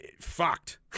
fucked